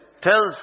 tells